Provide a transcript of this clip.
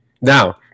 Now